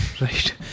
right